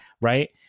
right